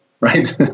right